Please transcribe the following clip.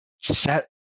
set